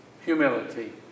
humility